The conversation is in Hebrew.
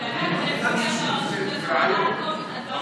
--- אז הם הסתפקו בתשובת השר.